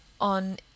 on